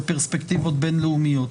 בפרספקטיבות בינלאומיות.